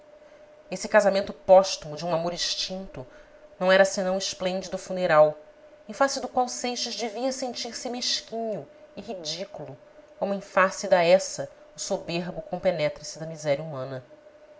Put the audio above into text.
esse casamento póstumo de um amor extinto não era senão esplêndido funeral em face do qual seixas devia sentir-se mesquinho e ridículo como em face da essa o soberbo compenetra se da miséria humana